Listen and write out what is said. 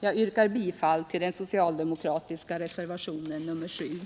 Jag yrkar bifall till den socialdemokratiska reservationen Lå